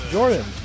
Jordan